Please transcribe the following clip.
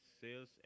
sales